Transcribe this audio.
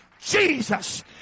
Jesus